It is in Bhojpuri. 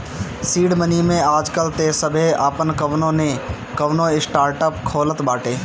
सीड मनी में आजकाल तअ सभे आपन कवनो नअ कवनो स्टार्टअप खोलत बाटे